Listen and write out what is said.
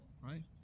right